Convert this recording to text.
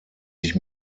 sich